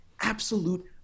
absolute